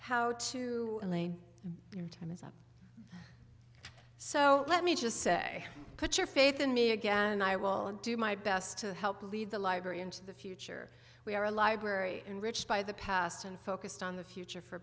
only your time is up so let me just say put your faith in me again and i will do my best to help lead the library into the future we are a library and rich by the past and focused on the future for